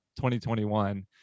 2021